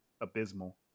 abysmal